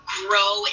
grow